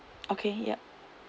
okay yup